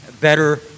better